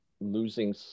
losing